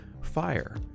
fire